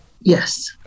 Yes